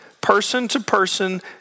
person-to-person